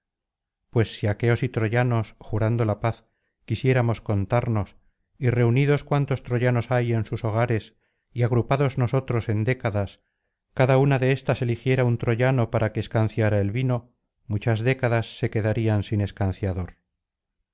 pues si aqueos y troyanos jurando la paz quisiéramos contarnos y reunidos cuantos troyanos hay en sus hogares y agrupados nosotros en décadas cada una de éstas eligiera un troyano para que escanciara el vino muchas décadas se quedarían sin escanciador